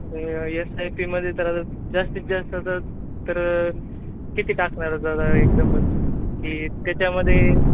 S I P मध्ये तर आता जास्तीत जास्त तर किती टाकणार ज्यादा एकदमच की त्याच्यामध्ये